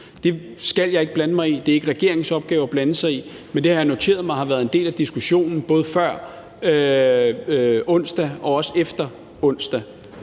Det skal jeg ikke blande mig i, det er det ikke regeringens opgave at blande sig i, men det har jeg noteret mig har været en del af diskussionen både før og efter onsdag.